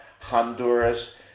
Honduras